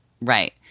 Right